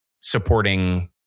supporting